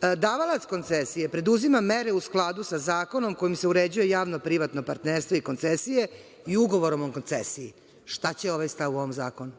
davalac koncesije preduzima mere u skladu sa zakonom kojim se uređuje javno-privatno partnerstvo i koncesije, i ugovorom o koncesiji. Šta će ovaj stavu u ovom zakonu?